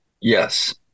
yes